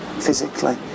physically